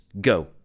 go